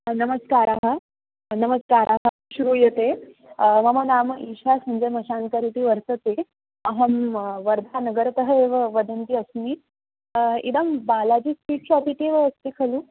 नमस्कारः नमस्काराः श्रूयते मम नाम ईशा चन्दमशाङ्करः इति वर्तते अहं वर्धानगरतः एव वदन्ती अस्मि इदं बालाजी स्वीट् शाप् इति एव अस्ति खलु